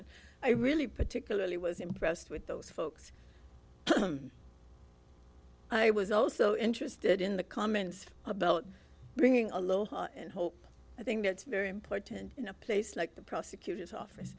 and i really particularly was impressed with those folks i was also interested in the comments about bringing aloha and hope i think that's very important in a place like the prosecutor's off